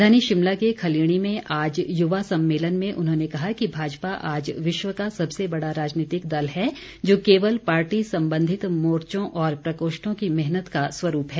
राजधानी शिमला के खलीणी में आज युवा सम्मेलन में उन्होंने कहा कि भाजपा आज विश्व का सबसे बड़ा राजनीतिक दल है जो केवल पार्टी संबंधित मोर्चो और प्रकोष्ठों की मेहनत का स्वरूप है